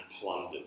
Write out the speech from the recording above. plundered